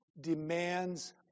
demands